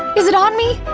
is it on me?